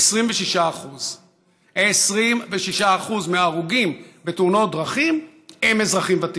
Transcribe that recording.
26%. 26% מההרוגים בתאונות הדרכים הם אזרחים ותיקים.